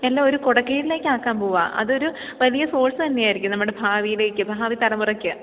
എല്ലാം ഒരു കുടക്കീഴിലേക്കാക്കാന് പോവുകയാ അതൊരു വലിയ സോഴ്സ് തന്നെ ആയിരിക്കും നമ്മുടെ ഭാവിയിലേക്ക് ഭാവി തലമുറയ്ക്ക്